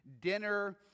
dinner